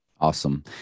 Awesome